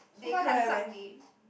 they 看上你